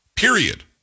Period